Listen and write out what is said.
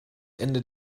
ende